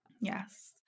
Yes